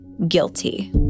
Guilty